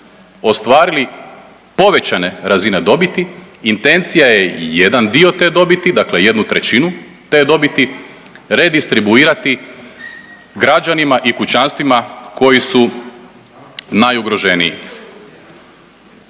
ostvarili povećane razine dobiti, intencija je i jedan dio te dobiti, dakle 1/3 te dobiti redistribuirati građanima i kućanstvima koji su najugroženiji.